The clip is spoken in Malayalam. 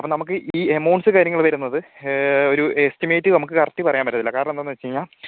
അപ്പം നമുക്ക് ഈ എമൗണ്ട്സ് കാര്യങ്ങൾ വരുന്നത് ഒരു എസ്റ്റിമേറ്റ് നമുക്ക് കറക്റ്റ് പറയാൻ പറ്റത്തില്ല കാരണം എന്തെന്ന് വെച്ച് കഴിഞ്ഞാൽ